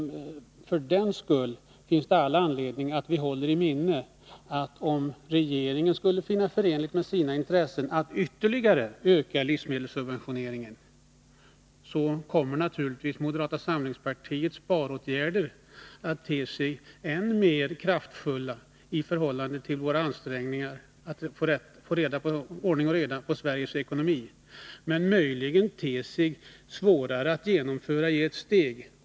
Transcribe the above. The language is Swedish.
För den skull finns det all anledning att vi håller i minnet att om regeringen skulle finna det förenligt med sina intressen att ytterligare öka livsmedelssubventioneringen, så kommer naturligtvis moderata samlingspartiets sparåtgärder att te sig än mer kraftfulla i förhållande till våra ansträngningar att få ordning och reda på Sveriges ekonomi men möjligen te sig svårare att genomföra i ett steg.